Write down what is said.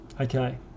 Okay